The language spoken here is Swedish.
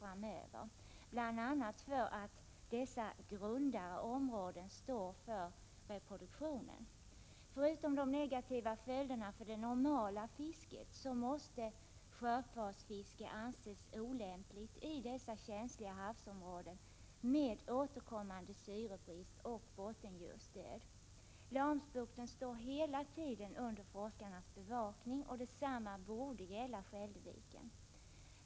Orsaken är bl.a. att dessa grundare områden står för reproduktionen. Bortsett från de negativa följderna för det normala fisket måste snörpvadsfiske anses vara olämpligt i dessa känsliga havsområden som kännetecknas av återkommande syrebrist och bottenljusdöd. Laholmsbukten står hela tiden under forskarnas bevakning. Detsamma borde gälla Skälderviken.